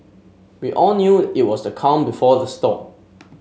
we all knew it was the calm before the storm